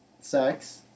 Sex